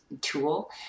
tool